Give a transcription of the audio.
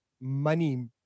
money